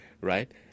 right